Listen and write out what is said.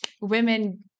women